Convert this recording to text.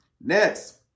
Next